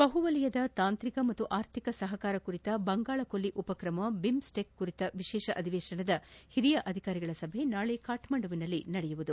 ಬಹು ವಲಯದ ತಾಂತ್ರಿಕ ಮತ್ತು ಆರ್ಥೀಕ ಸಹಕಾರ ಕುರಿತ ಬಂಗಾಳ ಕೊಲ್ಲಿ ಉಪಕ್ರಮ ಬಿಮ್ಸ್ಟಿಕ್ ಕುರಿತ ವಿಶೇಷ ಅಧಿವೇಶನದ ಹಿರಿಯ ಅಧಿಕಾರಿಗಳ ಸಭೆ ನಾಳಿ ಕಠ್ಮಂಡುವಿನಲ್ಲಿ ನಡೆಯಲಿದೆ